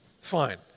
fine